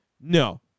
No